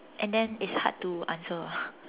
and then it's hard to answer ah